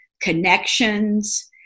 connections